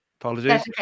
Apologies